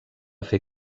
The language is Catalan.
fer